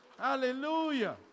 hallelujah